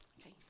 Okay